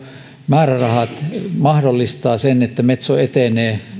määrärahat mahdollistavat sen että metso etenee